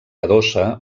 adossa